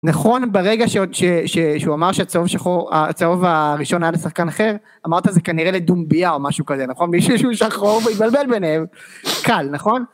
נכון ברגע שהוא אמר שהצהוב הראשון היה לשחקן אחר אמרת זה כנראה לדומביה או משהו כזה נכון מישהו שהוא שחור והתבלבל ביניהם קל נכון